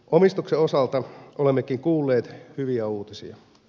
omistuksen osalta olemmekin kuulleet hyviä uutisia